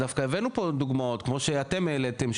דווקא הבאנו פה דוגמאות כמו שאתם העליתם,